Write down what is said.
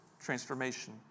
Transformation